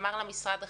אמר לה משרד החינוך: